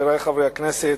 חברי חברי הכנסת,